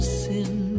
sin